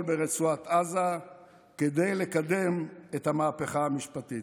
ברצועת עזה כדי לקדם את המהפכה המשפטית.